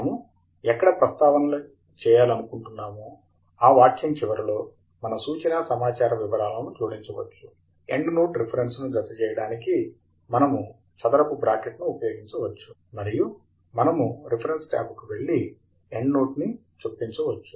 మనము ఎక్కడ ప్రస్తావన చేయాలనుకుంటున్నామో ఆ వాక్యం చివరలో మన సూచనా సమాచార వివరాలను జోడించవచ్చు ఎండ్నోట్ రిఫరెన్స్ ను జతచేయడానికి మనము చదరపు బ్రాకెట్ను ఉపయోగించవచ్చు మరియు మనముము రిఫరెన్స్ టాబ్కు వెళ్లి ఎండ్నోట్ ని చొప్పించవచ్చు